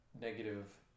negative